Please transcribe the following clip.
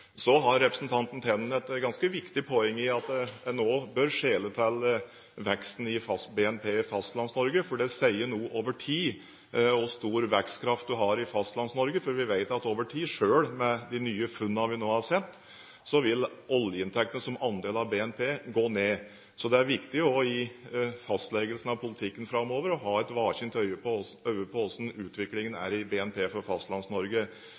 Så har representanten Tenden et ganske viktig poeng i at en også bør skjele til veksten i BNP i Fastlands-Norge. Det sier nemlig noe over tid hvor stor vekstkraft en har i Fastlands-Norge, for vi vet at over tid, selv med de nye funnene vi nå har sett, vil oljeinntektene som andel av BNP gå ned. Så det er viktig i fastleggelsen av politikken framover å ha et våkent øye på hvordan utviklingen er i BNP for